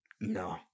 No